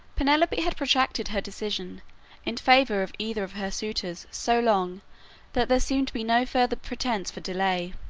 penelope had protracted her decision in favor of either of her suitors so long that there seemed to be no further pretence for delay.